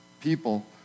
people